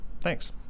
Thanks